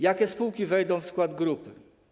Jakie spółki wejdą w skład grupy?